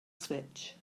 switch